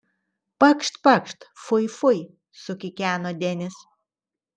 pakšt pakšt fui fui sukikeno denis